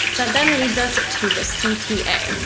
that then leads us to the cta.